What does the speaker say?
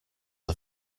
are